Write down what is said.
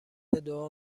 دعا